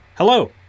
Hello